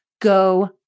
Go